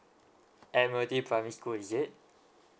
admiralty primary school is it